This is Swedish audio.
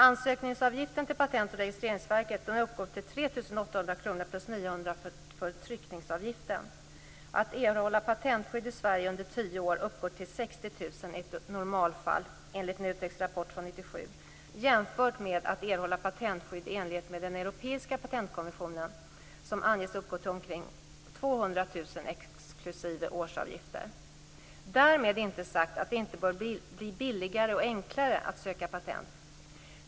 Ansökningsavgiften till Patent och registreringsverket uppgår till 3 800 kr plus 900 kr för tryckningsavgiften. Att erhålla patentskydd i Sverige under tio år uppgår till 60 000 kr i ett normalfall, enligt NUTEK:s rapport från 1997. Det kan jämföras med att erhålla patentskydd i enlighet med den europeiska patentkonventionen, vilket anges uppgå till omkring Därmed vill jag inte ha sagt att det inte bör bli billigare och enklare att söka patent.